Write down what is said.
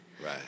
Right